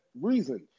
reason